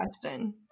question